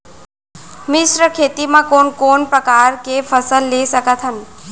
मिश्र खेती मा कोन कोन प्रकार के फसल ले सकत हन?